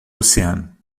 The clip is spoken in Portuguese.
oceano